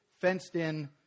fenced-in